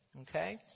Okay